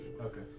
Okay